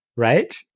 Right